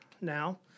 now